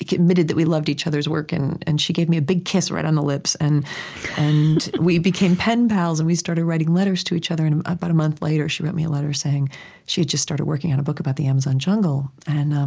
admitted that we loved each other's work, and and she gave me a big kiss right on the lips. and and we became pen pals, and we started writing letters to each other. and about a month later, she wrote me a letter saying she had just started working on a book about the amazon jungle. and um